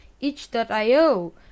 each.io